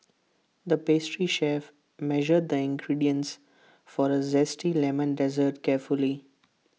the pastry chef measured the ingredients for A Zesty Lemon Dessert carefully